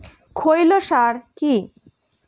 খৈল সার কি?